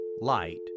light